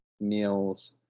meals